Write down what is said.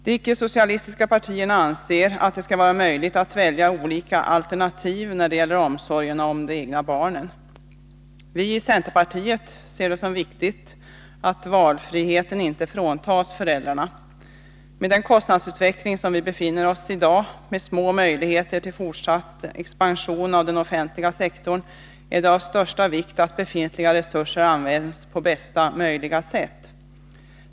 De icke socialistiska partierna anser att det skall vara möjligt att välja olika alternativ när det gäller omsorgen om de egna barnen. Vi i centerpartiet ser det som viktigt att valfriheten inte fråntas föräldrarna. Med den kostnadsutveckling som vi har i dag, med små möjligheter till fortsatt expansion av den offentliga sektorn, är det av största vikt att befintliga resurser används på bästa möjliga sätt.